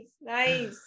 nice